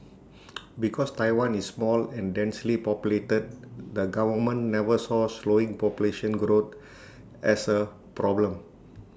because Taiwan is small and densely populated the government never saw slowing population growth as A problem